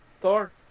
Thor